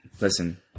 listen